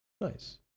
Nice